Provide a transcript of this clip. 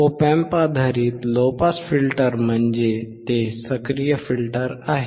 Op Amp आधारित low pass filter म्हणजे ते सक्रिय फिल्टर आहे